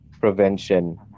prevention